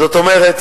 זאת אומרת,